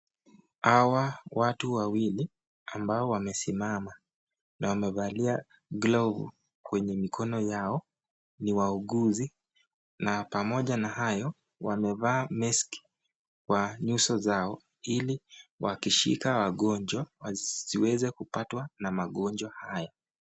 Hawa watu wawili ambao wamesimama na wamevalia glovu kwenye mikono yao ni wauuguzi, na pamoja na hayo wamevaa meski kwa nyuso zao ili wakishika wagonjwa wasiweze kushikwa na magonjwa haya.